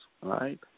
right